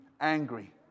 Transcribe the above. angry